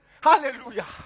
Hallelujah